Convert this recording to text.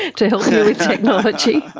to help you with technology?